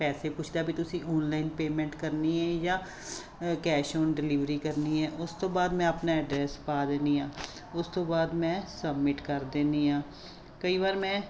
ਪੈਸੇ ਪੁੱਛਦਾ ਵੀ ਤੁਸੀਂ ਓਨਲਾਈਨ ਪੇਮੈਂਟ ਕਰਨੀ ਹੈ ਜਾਂ ਕੈਸ਼ ਓਨ ਡਿਲੀਵਰੀ ਕਰਨੀ ਹੈ ਉਸ ਤੋਂ ਬਾਅਦ ਮੈਂ ਆਪਣਾ ਐਡਰੈਸ ਪਾ ਦਿੰਦੀ ਹਾਂ ਉਸ ਤੋਂ ਬਾਅਦ ਮੈਂ ਸਬਮਿਟ ਕਰ ਦਿੰਦੀ ਹਾਂ ਕਈ ਵਾਰ ਮੈਂ